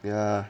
ya